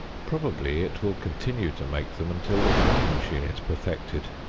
probably it will continue to make them until the flying machine is perfected,